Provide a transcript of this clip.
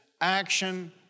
action